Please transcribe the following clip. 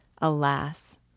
Alas